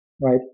right